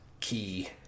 key